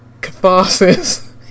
catharsis